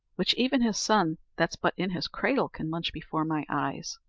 which even his son that's but in his cradle can munch before my eyes.